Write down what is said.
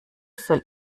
soll